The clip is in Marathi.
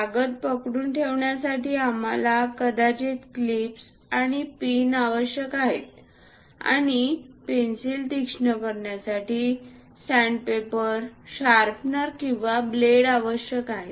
कागद पकडून ठेवण्यासाठी आम्हाला कागदाच्या क्लिप आणि पिन आवश्यक आहेत आणि पेन्सिल तीक्ष्ण करण्यासाठी सॅन्डपेपर शार्पनर किंवा ब्लेड आवश्यक आहेत